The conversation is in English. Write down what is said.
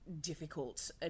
difficult